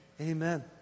Amen